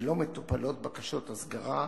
ולא מטופלות בקשות הסגרה,